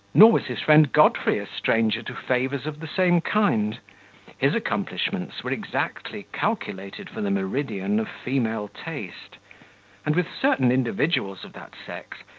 nor was his friend godfrey a stranger to favours of the same kind his accomplishments were exactly calculated for the meridian of female taste and, with certain individuals of that sex,